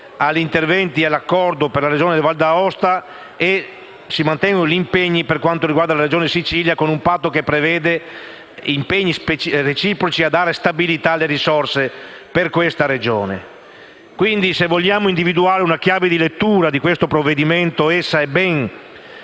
attuazione all'accordo con la Regione Valle d'Aosta e si mantengono gli impegni con la Regione Siciliana con un patto che prevede impegni reciproci tesi a dare stabilità alle risorse per questa Regione. Se vogliamo individuare una chiave di lettura di questo provvedimento, essa va